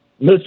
Mr